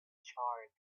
charred